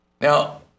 Now